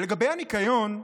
ולגבי הניקיון,